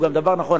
הוא גם דבר נכון.